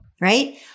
Right